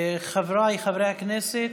חבריי חברי הכנסת,